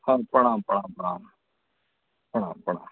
हँ प्रणाम प्रणाम हँ प्रणाम